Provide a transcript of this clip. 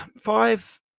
five